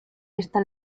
esta